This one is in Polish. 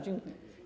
Dziękuję.